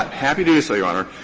um happy to do so, your honor.